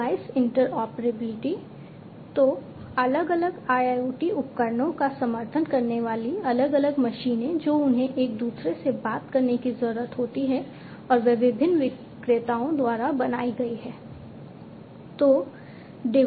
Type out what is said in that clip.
device interoperability तो अलग अलग IoT उपकरणों का समर्थन करने वाली अलग अलग मशीनें जो उन्हें एक दूसरे से बात करने की ज़रूरत होती हैं और वे विभिन्न विक्रेताओं द्वारा बनाई गई हैं